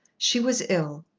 she was ill.